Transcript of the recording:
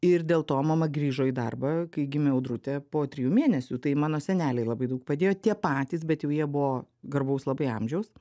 ir dėl to mama grįžo į darbą kai gimė audrutė po trijų mėnesių tai mano seneliai labai daug padėjo tie patys bet jau jie buvo garbaus labai amžiaus